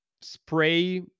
spray